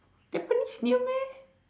tampines near meh